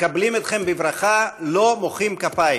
מקבלים אתכן בברכה, לא מוחאים כפיים.